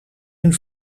een